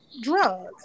drugs